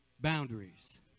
boundaries